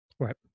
Right